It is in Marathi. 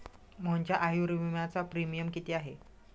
मोहनच्या आयुर्विम्याचा प्रीमियम किती आहे?